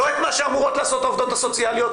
לא את מה שאמורות לעשות העובדות הסוציאליות,